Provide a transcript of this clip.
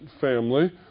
family